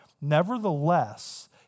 Nevertheless